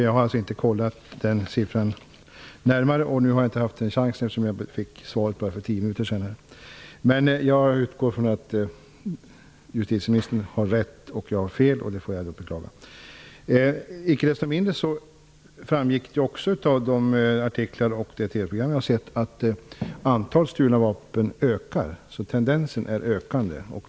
Jag har inte kollat upp siffrorna, och nu har jag inte haft en chans eftersom jag fick det skrivna svaret för tio minuter sedan. Jag utgår från att justitieministern har rätt och jag fel. Icke desto mindre framgick det av de artiklar och TV-program som jag tagit del av att antalet stulna vapen ökar. Tendensen är ökande.